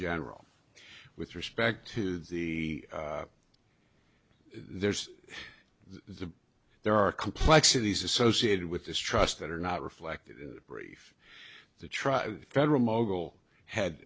general with respect to the there's the there are complexities associated with this trust that are not reflected brief the truck federal mogul had